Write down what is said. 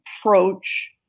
approach